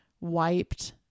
wiped